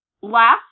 last